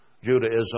Judaism